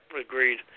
Agreed